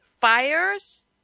fires